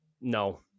No